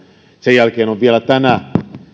sen jälkeen on vielä tänä kesänäkin annettu